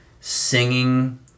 singing